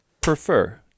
prefer